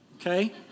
okay